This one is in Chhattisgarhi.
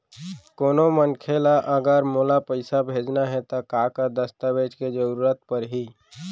कोनो मनखे ला अगर मोला पइसा भेजना हे ता का का दस्तावेज के जरूरत परही??